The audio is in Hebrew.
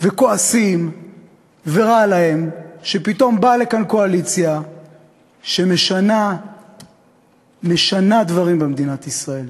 וכועסים ורע להם שפתאום באה לכאן קואליציה שמשנה דברים במדינת ישראל,